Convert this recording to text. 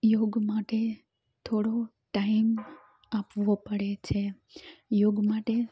યોગ માટે થોડો ટાઈમ આપવો પડે છે યોગ માટે